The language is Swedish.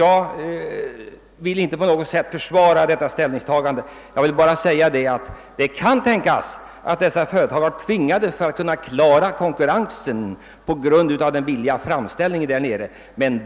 Jag vill inte på något sätt försvara detta, men det kan tänkas att dessa företag på grund av konkurrensen tvingats etablera sig i utlandet där framställningskostnaderna är lägre.